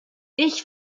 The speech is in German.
ich